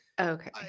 Okay